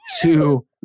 two